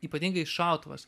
ypatingai šautuvas